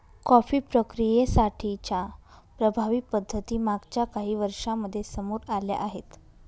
coffee प्रक्रियेसाठी च्या प्रभावी पद्धती मागच्या काही वर्षांमध्ये समोर आल्या आहेत